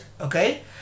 okay